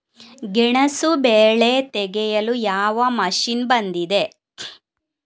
ಗೆಣಸು ಬೆಳೆ ತೆಗೆಯಲು ಯಾವ ಮಷೀನ್ ಬಂದಿದೆ?